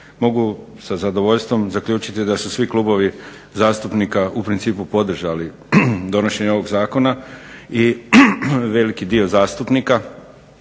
Mogu sa zadovoljstvom zaključiti da su svi klubovi zastupnika u principu podržali donošenje ovog zakona i veliki dio zastupnika,